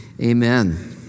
Amen